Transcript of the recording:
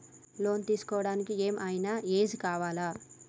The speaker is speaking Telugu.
లోన్ తీస్కోవడానికి ఏం ఐనా ఏజ్ కావాలా?